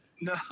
No